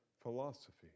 philosophy